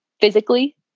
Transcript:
physically